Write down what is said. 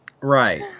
Right